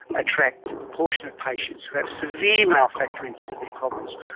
attract ah portion of patients who have severe male factor infertility problems,